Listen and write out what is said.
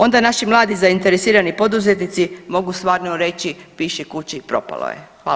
Onda naši mladi zainteresirani poduzetnici mogu stvarno reći piši kući propalo je.